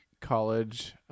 college